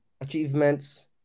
achievements